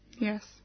Yes